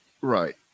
Right